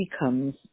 becomes